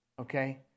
okay